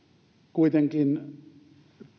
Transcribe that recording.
kuitenkin